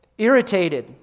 Irritated